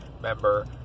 member